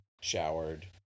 showered